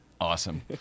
Awesome